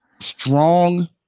Strong